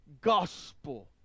gospel